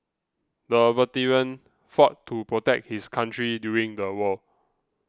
the veteran fought to protect his country during the war